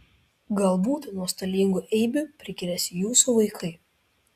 galbūt nuostolingų eibių prikrės jūsų vaikai